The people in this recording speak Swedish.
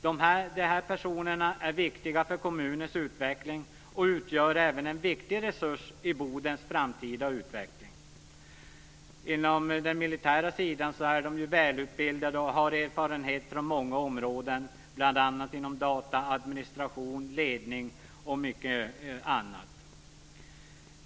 Dessa personer är viktiga för kommunens utveckling och utgör en viktig resurs även i Bodens framtida utveckling. Inom den militära sidan är de välutbildade och har erfarenhet från många områden, bl.a. inom data, administration, ledning.